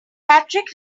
patrick